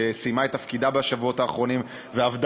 שסיימה את תפקידה בשבועות האחרונים ועבדה